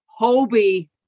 Hobie